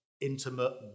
intimate